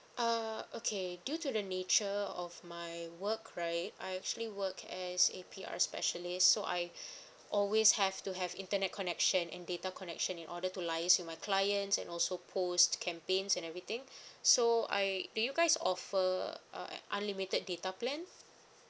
uh okay due to the nature of my work right I actually work as a P_R specialist so I always have to have internet connection and data connection in order to liaise with my clients and also post campaigns and everything so I do you guys offer uh unlimited data plan